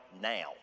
now